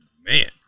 man